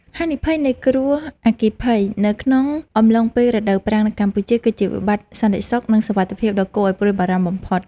ហានិភ័យនៃគ្រោះអគ្គីភ័យនៅក្នុងអំឡុងពេលរដូវប្រាំងនៅកម្ពុជា គឺជាវិបត្តិសន្តិសុខ និងសុវត្ថិភាពដ៏គួរឱ្យព្រួយបារម្ភបំផុត។